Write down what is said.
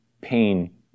pain